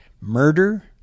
murder